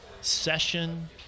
session